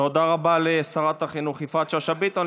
תודה רבה לשרת החינוך יפעת שאשא ביטון.